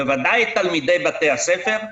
בוודאי את תלמידי בתי הספר.